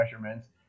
measurements